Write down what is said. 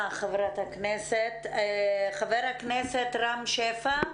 חבר הכנסת רם שפע.